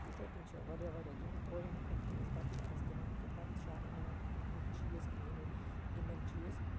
یِتھے کنۍ چھِ واریاہ واریاہ گیمہٕ کوریٚن ہٕنٛد خٲطرٕ تِم ٲسۍ بَتہٕ شارَس گِندان بَتہٕ شار یِم اَنان نِک نِک چیٖز اَنان یِمَے گِندَن چیٖز